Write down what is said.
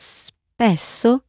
spesso